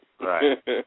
Right